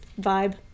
Vibe